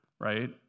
right